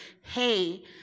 hey